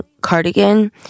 cardigan